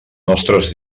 nostres